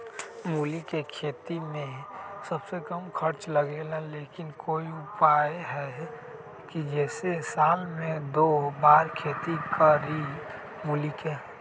मूली के खेती में सबसे कम खर्च लगेला लेकिन कोई उपाय है कि जेसे साल में दो बार खेती करी मूली के?